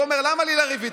הוא אומר: למה לי לריב איתם?